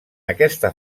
aquesta